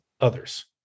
others